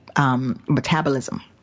metabolism